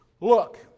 look